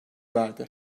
verdi